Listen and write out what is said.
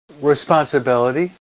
responsibility